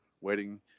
waiting